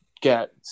get